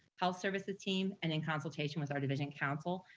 health services team, and in consultation with our division council,